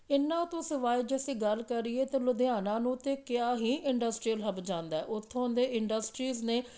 ਇਹਨਾਂ ਤੋਂ ਸਵਾਏ ਜੇ ਅਸੀਂ ਗੱਲ ਕਰੀਏ ਤਾਂ ਲੁਧਿਆਣਾ ਨੂੰ ਤਾਂ ਕਿਹਾ ਹੀ ਇੰਡਸਟੀਰਅਲ ਹੱਬ ਜਾਂਦਾ ਉੱਥੋਂ ਦੇ ਇੰਡਸਟਰੀਸ ਨੇ